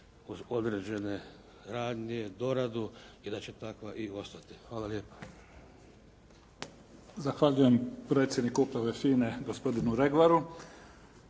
uz određene radnje, doradu i da će takva i ostati. Hvala lijepa.